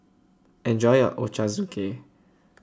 enjoy your Ochazuke